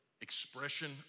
expression